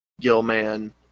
Gilman